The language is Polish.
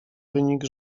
wynik